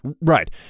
Right